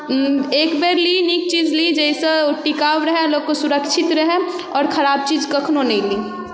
एकबेर ली नीक चीज ली जाहिसँ टिकाउ रहै लोकके सुरक्षित रहै आओर खराब चीज कखनो नहि ली